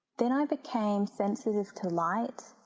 then i became sensitive to light,